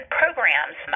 programs